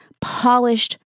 polished